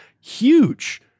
Huge